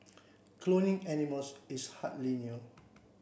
cloning animals is hardly new